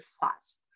fast